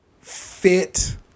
fit